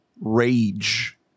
rage